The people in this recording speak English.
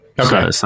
Okay